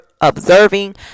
observing